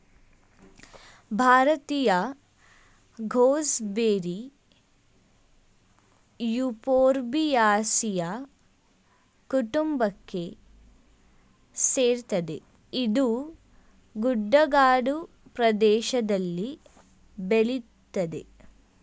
ಭಾರತೀಯ gooseberry euphorbiaceae ಕುಟುಂಬಕ್ಕೆ ಸೇರ್ತದೆ ಇದು ಗುಡ್ಡಗಾಡು ಪ್ರದೇಷ್ದಲ್ಲಿ ಬೆಳಿತದೆ